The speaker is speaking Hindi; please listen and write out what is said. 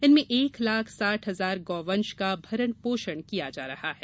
इनमें एक लाख साठ हजार गौ वंश का भरण पोषण किया जा रहा है